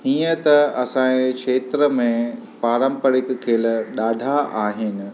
हीअं त अंसाजे खेत्र में पांरपरिक खेल ॾाढा आहिनि